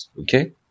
okay